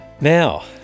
Now